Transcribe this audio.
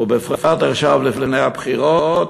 ובפרט עכשיו לפני הבחירות,